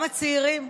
גם הצעירים,